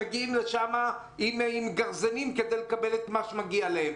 מגיעים לשם עם גרזנים כדי לקבל את מה שמגיע להם.